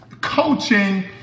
coaching